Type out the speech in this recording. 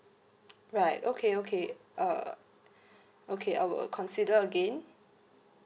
right okay okay uh okay I will consider again